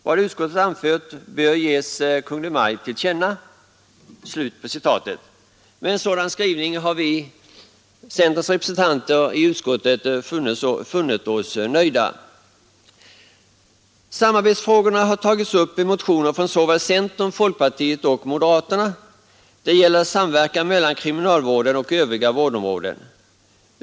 Vad utskottet anfört bör ges Kungl. Maj:t till känna.” Med en sådan skrivning har vi centerrepresentanter i utskottet förklarat oss vara nöjda. Samarbetsfrågorna har tagits upp i motioner från centern, folkpartiet och moderaterna. Det gäller samverkan mellan kriminalvården och övriga vårdområden.